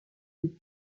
des